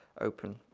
open